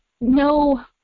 no